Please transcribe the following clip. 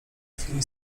chwili